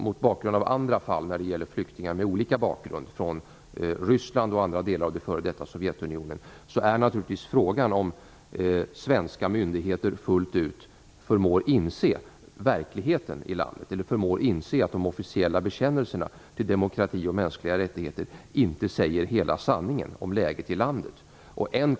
Mot bakgrund av andra fall som gäller flyktingar med olika bakgrund, från Ryssland och andra delar av f.d. Sovjetunionen, är naturligtvis frågan om svenska myndigheter fullt ut förmår inse verkligheten i landet, nämligen att de officiella bekännelserna till demokrati och mänskliga rättigheter inte säger hela sanningen om läget i landet.